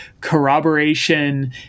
corroboration